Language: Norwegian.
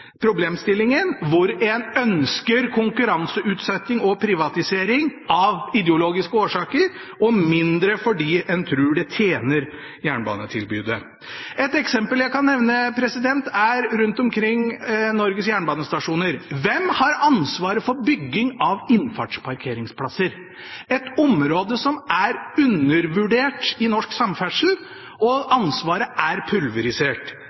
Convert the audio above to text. problemstillingen, hvor en ønsker konkurranseutsetting og privatisering av ideologiske årsaker og mindre fordi en tror det tjener jernbanetilbudet. Et eksempel jeg kan nevne, er forholdene rundt omkring Norges jernbanestasjoner. Hvem har ansvaret for bygging av innfartsparkeringsplasser? Området er undervurdert i norsk samferdselssammenheng, og ansvaret er pulverisert.